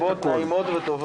נזכה לשנים רבות, נעימות וטובות.